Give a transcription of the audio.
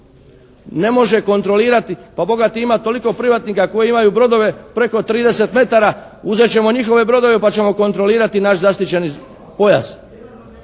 ne može kontrolirati. Pa bogati ima toliko privatnika koji imaju brodove preko 30 metara. Uzet ćemo njihove brodove pa ćemo kontrolirati naš zaštićeni pojas.